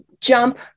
jump